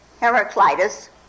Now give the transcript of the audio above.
Heraclitus